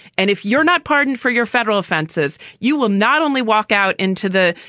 and if you're not pardoned for your federal offenses, you will not only walk out into the,